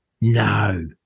No